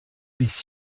bis